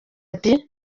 ati